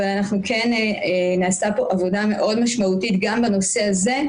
אבל כן נעשתה פה עבודה מאוד משמעותית בנושא הזה,